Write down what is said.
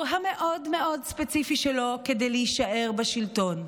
המאוד-מאוד ספציפי שלו כדי להישאר בשלטון.